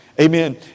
Amen